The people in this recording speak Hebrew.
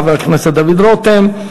לחבר הכנסת דוד רותם.